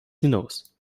hinaus